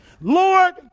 Lord